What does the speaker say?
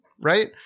right